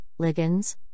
ligands